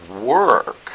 work